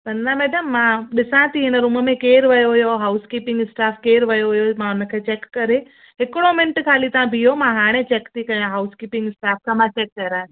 त न मैडम मां ॾिसां थी हिन रूम में केरु वयो हुयो हाऊस कीपींग स्टाफ़ केरु वियो हुयो मां उन खे चेक करे हिकिड़ो मिन्टु ख़ाली तव्हां बीहो मां हाणे चेक थी कयां हाऊस कीपींग स्टाफ़ सां मां चेक करायां